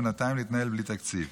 ובינתיים להתנהל בלי תקציב.